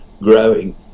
growing